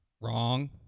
wrong